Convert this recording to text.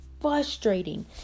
frustrating